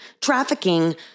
trafficking